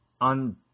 on